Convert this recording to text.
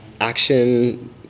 action